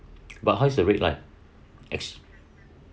but how is the rate like